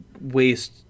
waste